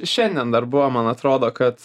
šiandien dar buvo man atrodo kad